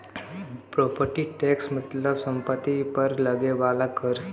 property tax मतलब सम्पति पर लगे वाला कर